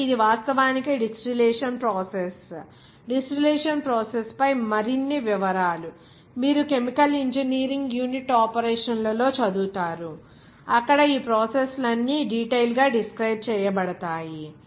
కాబట్టి ఇది వాస్తవానికి డిస్టిలేషన్ ప్రాసెస్ డిస్టిలేషన్ ప్రాసెస్ పై మరిన్ని వివరాలు మీరు కెమికల్ ఇంజనీరింగ్ యూనిట్ ఆపరేషన్లలో చదువుతారు అక్కడ ఈ ప్రాసెస్ లన్నీ డీటెయిల్ గా డిస్క్రైబ్ చేయబడతాయి